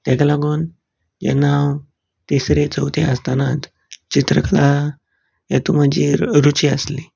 तेका लागून जेन्ना हांव तिसरे चवथे आसतानाच चित्रकला हेतूंत म्हजी रूची आसली